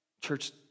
Church